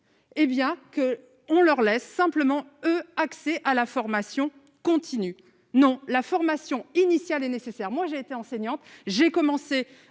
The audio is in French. Et bien que on leur laisse simplement eux accès à la formation continue, non la formation initiale est nécessaire, moi j'ai été enseignante j'ai commencé